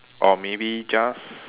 or maybe just